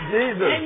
Jesus